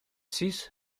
six